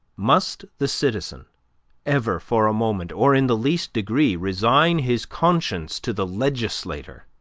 must the citizen ever for a moment, or in the least degree, resign his conscience to the legislator?